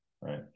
right